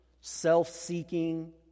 self-seeking